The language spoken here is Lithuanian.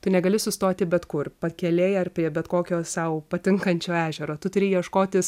tu negali sustoti bet kur pakelėj ar prie bet kokio sau patinkančio ežero tu turi ieškotis